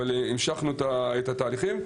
אבל המשכנו את התהליכים.